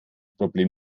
problem